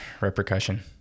repercussion